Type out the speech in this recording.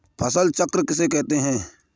फसल चक्र किसे कहते हैं?